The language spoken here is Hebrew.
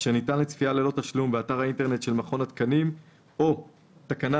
אשר ניתן לצפייה ללא תשלום באתר האינטרנט של מכון התקנים או תקנת